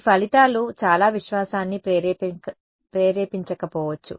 ఈ ఫలితాలు చాలా విశ్వాసాన్ని ప్రేరేపించకపోవచ్చు